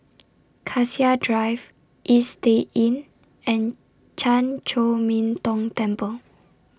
Cassia Drive Istay Inn and Chan Chor Min Tong Temple